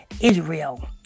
Israel